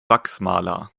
wachsmaler